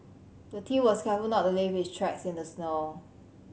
the thief was careful to not leave his tracks in the snow